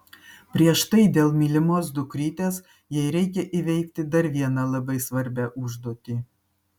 prieš tai dėl mylimos dukrytės jai reikia įveikti dar vieną labai svarbią užduotį